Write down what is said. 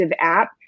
app